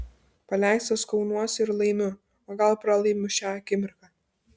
paleistas kaunuosi ir laimiu o gal pralaimiu šią akimirką